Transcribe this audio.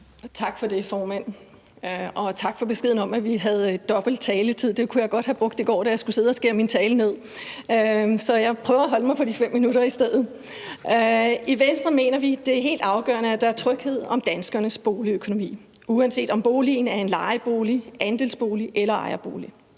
Tak for det, formand. Og tak for beskeden om, at vi har dobbelt taletid – den kunne jeg godt have brugt i går, da jeg skulle sidde og skære min tale ned. Så jeg prøver at holde mig på de 5 minutter i stedet. I Venstre mener vi, at det er helt afgørende, at der er tryghed om danskernes boligøkonomi, uanset om boligen er en lejebolig, andelsbolig eller ejerbolig,